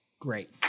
Great